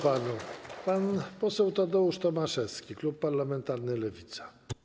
Pan poseł Tadeusz Tomaszewski, klub parlamentarny Lewica.